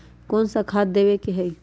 कोन सा खाद देवे के हई?